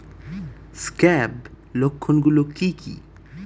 Scab লক্ষণ গুলো কি কি?